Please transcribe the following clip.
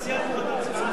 אתה מציע לדחות את ההצבעה?